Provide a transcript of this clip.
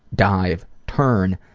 dive, turn,